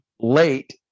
late